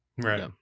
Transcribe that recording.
right